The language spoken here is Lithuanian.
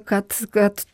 kad kad